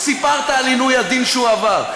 סיפרת על עינוי הדין שהוא עבר.